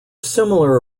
similar